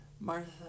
Martha